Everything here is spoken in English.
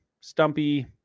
stumpy